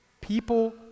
people